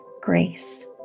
grace